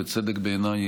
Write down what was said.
ובצדק בעיניי,